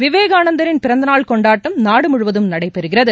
விவேகானந்தரின் பிறந்தநாள் கொண்டாட்டம் நாடு முழுவதம் நடைபெறுகிறது